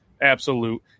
absolute